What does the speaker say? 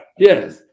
Yes